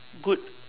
good